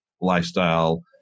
lifestyle